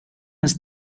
ens